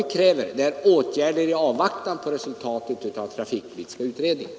Vi kräver alltså åtgärder i avvaktan på resultatet av trafikpolitiska utredningen.